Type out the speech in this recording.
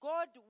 God